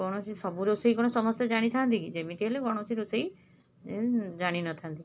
କୌଣସି ସବୁ ରୋଷେଇ କ'ଣ ସମସ୍ତେ ଜାଣିଥାନ୍ତିକି ଯେମିତି ହେଲେ କୌଣସି ରୋଷେଇ ଜାଣିନଥାନ୍ତି